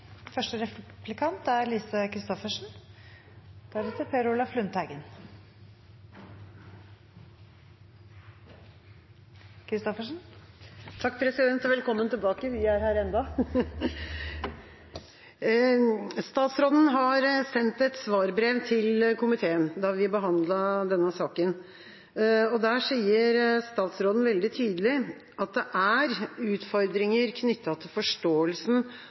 Velkommen tilbake – vi er her ennå! Statsråden sendte et svarbrev til komiteen da vi behandlet denne saken, og der sier statsråden veldig tydelig at det er utfordringer knyttet til forståelsen